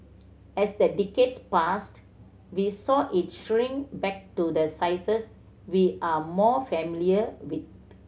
as the decades passed we saw it shrink back to the sizes we are more familiar with